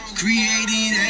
created